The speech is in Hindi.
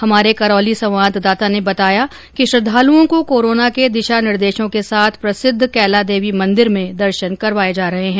हमारे करौली संवाददाता ने बताया है कि श्रद्धालुओं को कोरोना के दिशा निर्देशों के साथ प्रसिद्ध कैला देवी मंदिर में दर्शन करवाए जा रहे हैं